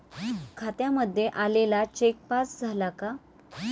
खात्यामध्ये आलेला cheque pass झाला का?